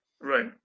Right